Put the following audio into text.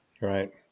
Right